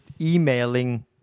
emailing